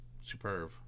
superb